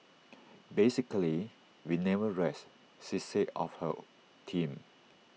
basically we never rest she said of her team